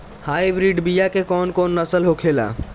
Hybrid बीया के कौन कौन नस्ल होखेला?